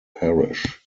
parish